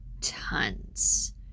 tons